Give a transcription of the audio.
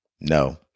no